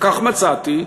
כך מצאתי,